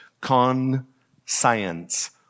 conscience